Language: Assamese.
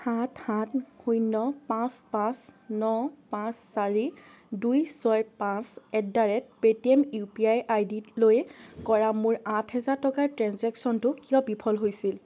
সাত সাত শূন্য পাঁচ পাঁচ ন পাঁচ চাৰি দুই ছয় পাঁচ at the rate Paytm U P I ID লৈ কৰা মোৰ আঠ হাজাৰ টকাৰ ট্ৰেঞ্জেক্শ্য়নটো কিয় বিফল হৈছিল